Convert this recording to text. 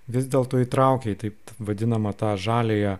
vis dėlto įtraukė į taip vadinamą tą žaliąją